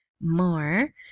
more